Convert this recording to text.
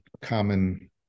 common